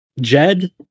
Jed